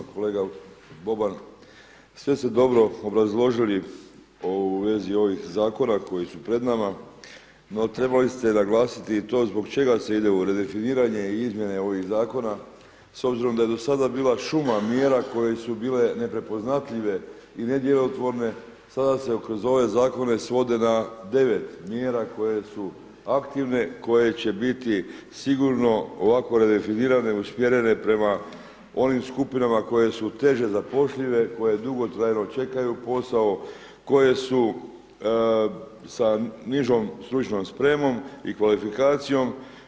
Kolega Boban, sve ste dobro obrazložili u svezi ovih zakona koji su pred nama, no trebali ste naglasiti i to zbog čega se ide u redefiniranje i izmjene ovih zakona s obzirom da je do sada bila šuma mjera koje su bile neprepoznatljive i nedjelotvorne, sada se kroz ove zakone svode na 9 mjera koje su aktivne, koje će biti sigurno ovako redefinirane, usmjerene prema onim skupinama koje su teže zapošljive, koje dugotrajno čekaju posao, koje su sa nižom stručnom spremom i kvalifikacijom.